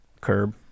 Curb